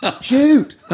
Shoot